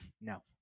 No